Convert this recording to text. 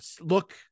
look